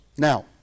Now